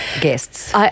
Guests